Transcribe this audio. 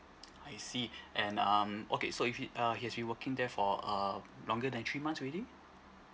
I see and um okay so if he err he has been working there for uh longer than three months already